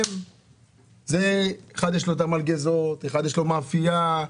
אחד יש לו מלגזות, אחד יש לו מאפייה,